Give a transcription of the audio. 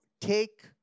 take